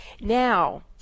Now